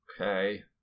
Okay